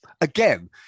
Again